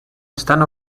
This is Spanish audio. están